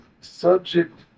subject